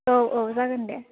औ औ जागोन दे